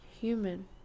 human